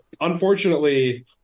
unfortunately